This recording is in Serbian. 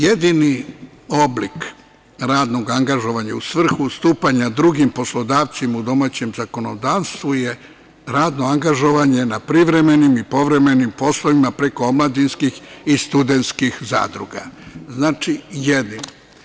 Jedini oblik radnog angažovanja u svrhu ustupanja drugim poslodavcima u domaćem zakonodavstvu je radno angažovanje na privremenim i povremenim poslovima preko omladinskih i studentskih zadruga, znači jedini.